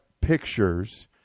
pictures